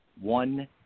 one